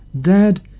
Dad